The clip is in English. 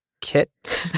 kit